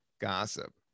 gossip